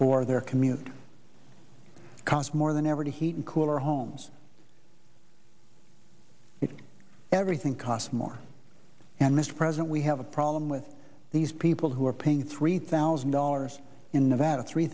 for their commute cars more than ever to heat and cool our homes if everything costs more and mr president we have a problem with these people who are paying three thousand dollars in nevada three